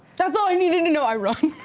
that's all i needed to know. i run.